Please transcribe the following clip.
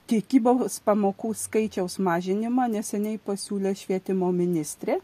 tikybos pamokų skaičiaus mažinimą neseniai pasiūlė švietimo ministrė